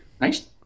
nice